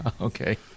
okay